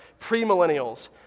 premillennials